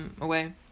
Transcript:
away